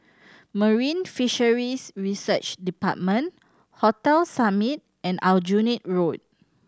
Marine Fisheries Research Department Hotel Summit and Aljunied Road